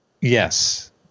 yes